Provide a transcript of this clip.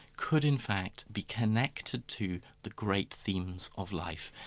could in fact be connected to the great themes of life.